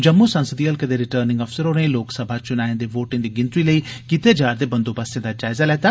जम्मू संसदी हलके दे रिटर्निंग अफसर होरें लोकसभा चुनाएं दे वोटें दी गिनतरी लेई कीते जा रदे बंदोबस्तें दा जायजा लैता